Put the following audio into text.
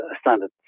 standard